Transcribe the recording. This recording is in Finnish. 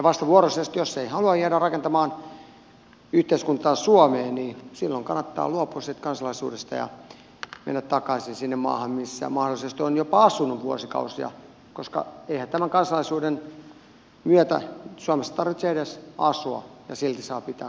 vastavuoroisesti jos ei halua jäädä rakentamaan yhteiskuntaa suomeen niin silloin kannattaa luopua siitä kansalaisuudesta ja mennä takaisin sinne maahan missä mahdollisesti on jopa asunut vuosikausia koska eihän tämän kansalaisuuden myötä suomessa tarvitse edes asua ja silti saa pitää kansalaisuuden